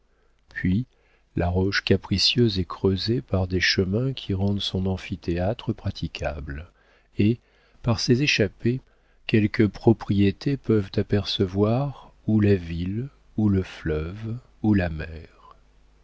puis la roche capricieuse est creusée par des chemins qui rendent son amphithéâtre praticable et par ces échappées quelques propriétés peuvent apercevoir ou la ville ou le fleuve ou la mer